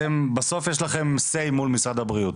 בסוף יש לכם אמירה מול משרד הבריאות.